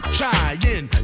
trying